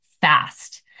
fast